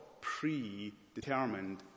predetermined